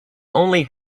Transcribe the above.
only